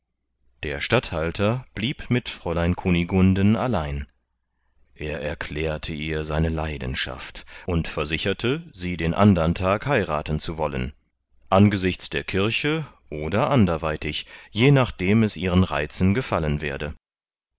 der statthalter blieb mit fräulein kunigunden allein er erklärte ihr seine leidenschaft und versicherte sie den andern tag heirathen zu wollen angesichts der kirche oder anderweitig je nachdem es ihren reizen gefallen werde